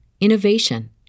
innovation